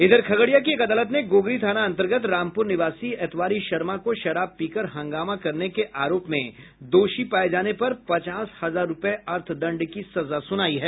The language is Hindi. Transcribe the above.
इधर खगड़िया की एक अदालत ने गोगरी थाना अन्तर्गत रामपुर निवासी एतवारी शर्मा को शराब पीकर हंगामा करने के आरोप में दोषी पाये जाने पर पचास हजार रूपये अर्थदंड की सजा सुनाई है